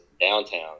downtown